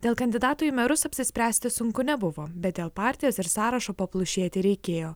dėl kandidatų į merus apsispręsti sunku nebuvo bet dėl partijos ir sąrašo paplušėti reikėjo